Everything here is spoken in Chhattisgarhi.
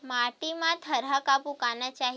माटी मा थरहा कब उगाना चाहिए?